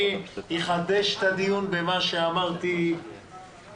אני אחדש את הדיון במה שאמרתי אתמול,